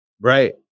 Right